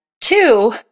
Two